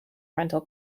rental